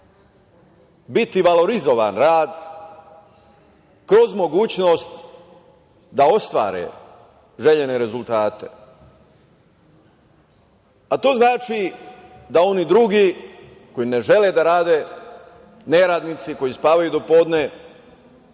biti valorizovan rad kroz mogućnost da ostvare željene rezultate. To znači da oni drugi koji ne žele da rade, neradnici koji spavaju do podne,